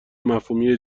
مفهومی